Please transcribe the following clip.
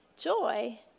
joy